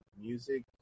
Music